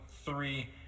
three